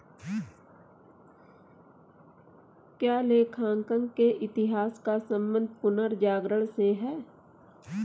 क्या लेखांकन के इतिहास का संबंध पुनर्जागरण से है?